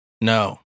No